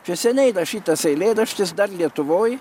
čia seniai rašytas eilėraštis dar lietuvoj